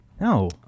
No